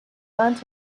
earned